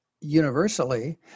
universally